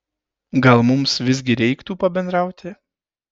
gal mums visgi reiktų pabendrauti